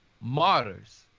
martyrs